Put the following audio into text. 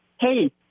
hey